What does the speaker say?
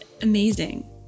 amazing